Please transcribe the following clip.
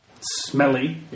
smelly